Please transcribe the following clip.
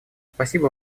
спасибо